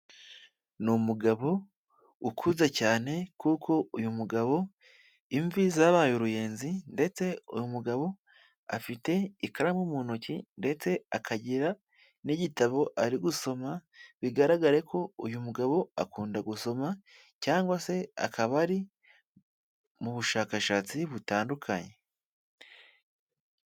Ni umugabo ukuze cyane kuko uyu mugabo imvi zabaye uruyenzi ndetse uyu mugabo afite ikaramu mu ntoki ndetse akagira n'igitabo ari gusoma, bigaragare ko uyu mugabo akunda gusoma cyangwa se akaba ari mu bushakashatsi butandukanye.